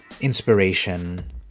inspiration